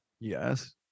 yes